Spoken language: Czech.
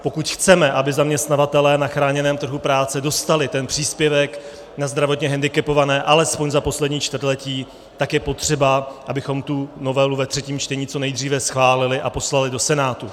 Pokud chceme, aby zaměstnavatelé na chráněném trhu práce dostali příspěvek na zdravotně hendikepované alespoň za poslední čtvrtletí, tak je potřeba, abychom tu novelu ve třetím čtení co nejdříve schválili a poslali do Senátu.